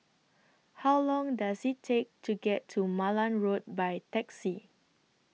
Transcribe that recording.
How Long Does IT Take to get to Malan Road By Taxi